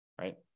right